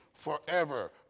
Forever